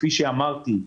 כפי שאמרתי,